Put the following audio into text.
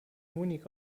honig